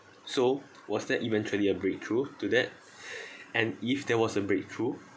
so was that eventually a breakthrough to that and if there was a breakthrough